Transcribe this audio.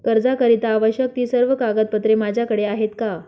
कर्जाकरीता आवश्यक ति सर्व कागदपत्रे माझ्याकडे आहेत का?